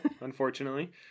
unfortunately